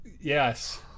yes